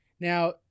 Now